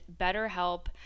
BetterHelp